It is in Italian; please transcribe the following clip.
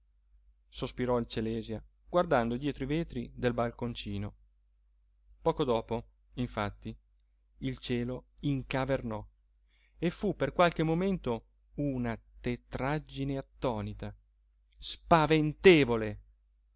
sospirò il celèsia guardando dietro i vetri del balconcino poco dopo infatti il cielo incavernò e fu per qualche momento una tetraggine attonita